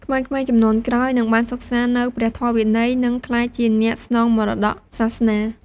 ក្មេងៗជំនាន់ក្រោយនឹងបានសិក្សានូវព្រះធម៌វិន័យ និងក្លាយជាអ្នកស្នងមរតកសាសនា។